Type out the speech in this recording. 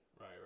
right